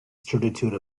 certitude